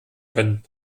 können